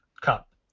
Cup